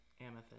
amethyst